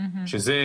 בכלל